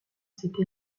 cette